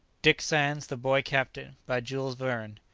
dick sands the boy captain. by jules verne.